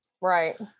Right